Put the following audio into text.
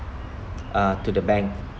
uh to the bank